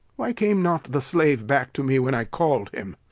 why came not the slave back to me when i call'd him?